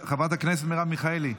חברת הכנסת מרב מיכאלי,